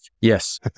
Yes